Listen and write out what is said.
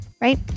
right